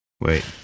Wait